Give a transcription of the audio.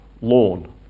lawn